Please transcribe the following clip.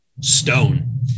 stone